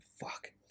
Fuck